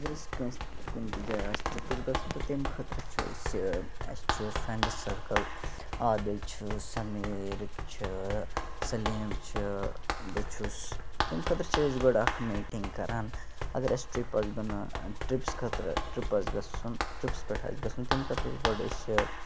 اَگَر اَسہِ کٲنٛسہِ کُنہِ تہِ جایہِ آسہِ ٹرپَس گَژھُن تہٕ تمہِ خٲطرٕ چھُ اَسہِ اَسہِ چھُ فرنڈس سرکٕل عادِل چھُ سمیٖر چھُ سلیٖم چھُ بہٕ چھُس تمہِ خٲطرٕ چھِ أسۍ گۄڈٕ اکھ میٖٹِنٛگ کَران اَگَر اَسہِ ٹرپ ٲسۍ بَنا ٹرپَس خٲطرٕ ٹرپ آسہِ گَژھُن ٹرپَس پٮ۪ٹھ آسہِ گَژھُن تمہِ خٲطرٕ چھِ گۄڈٕ أسۍ